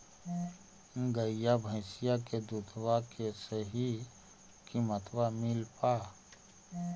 गईया भैसिया के दूधबा के सही किमतबा मिल पा?